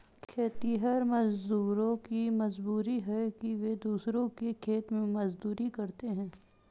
खेतिहर मजदूरों की मजबूरी है कि वे दूसरों के खेत में मजदूरी करते हैं